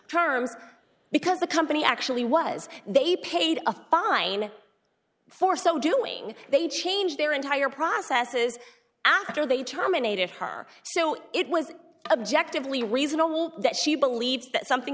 terms because the company actually was they paid a fine for so doing they changed their entire process is after they terminated her so it was objectively reasonable that she believed that something